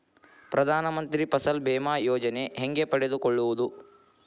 ಪ್ರಧಾನ ಮಂತ್ರಿ ಫಸಲ್ ಭೇಮಾ ಯೋಜನೆ ಹೆಂಗೆ ಪಡೆದುಕೊಳ್ಳುವುದು?